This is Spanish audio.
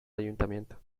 ayuntamiento